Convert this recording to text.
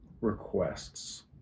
requests